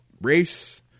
race